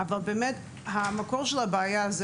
אבל מקור הבעיה הוא